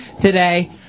today